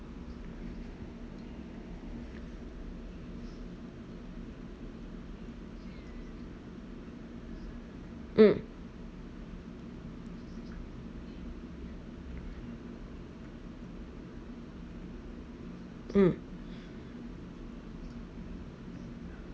mm mm